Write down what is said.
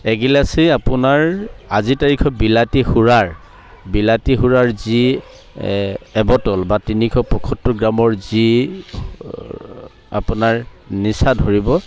এগিলাচেই আপোনাৰ আজিৰ তাৰিখত বিলাতী সুৰাৰ বিলাতী সুৰাৰ যি এ এবটল বা তিনিশ পসত্তৰ গ্ৰামৰ যি আপোনাৰ নিচা ধৰিব